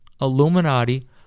Illuminati